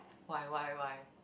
why why why